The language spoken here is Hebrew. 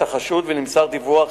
נוסף?